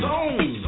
Zone